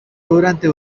durante